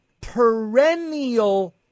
perennial